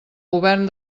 govern